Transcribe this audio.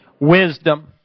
wisdom